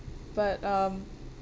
but um